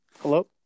Hello